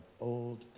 old